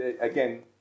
again